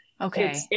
Okay